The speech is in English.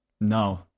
No